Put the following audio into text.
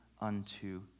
unto